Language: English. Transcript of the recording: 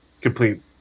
complete